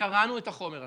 וקראנו את החומר הזה.